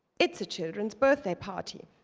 it's a children's birthday party.